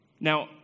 Now